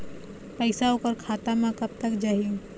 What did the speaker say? पैसा ओकर खाता म कब तक जाही?